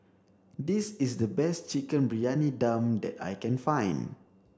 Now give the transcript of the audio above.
this is the best chicken briyani dum that I can find